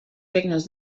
regnes